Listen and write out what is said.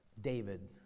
David